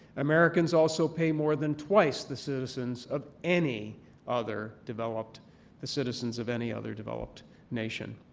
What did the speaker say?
americans also pay more than twice the citizens of any other developed the citizens of any other developed nation.